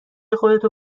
خودتو